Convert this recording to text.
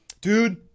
dude